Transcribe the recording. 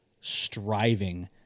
striving